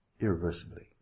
irreversibly